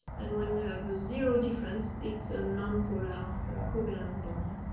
and when we have zero difference. it's a non pura coven bond.